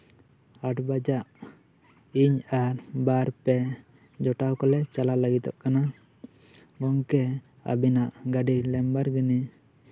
ᱟᱴ ᱵᱟᱡᱟᱜ ᱤᱧ ᱟᱨ ᱵᱟᱨ ᱯᱮ ᱡᱚᱴᱟᱣ ᱠᱚᱞᱮ ᱪᱟᱞᱟᱣ ᱞᱟ ᱜᱤᱫᱚᱜ ᱠᱟᱱᱟ ᱜᱚᱢᱠᱮ ᱟᱵᱤᱱᱟᱜ ᱜᱟᱹᱰᱤ ᱞᱮᱢᱵᱟᱨᱵᱤᱱᱤ